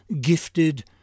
gifted